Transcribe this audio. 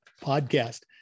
Podcast